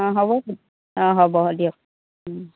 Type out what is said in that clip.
অ' হ'ব অ' হ'ব দিয়ক